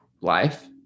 life